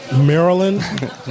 Maryland